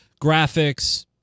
graphics